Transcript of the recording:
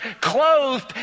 clothed